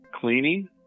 cleaning